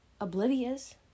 oblivious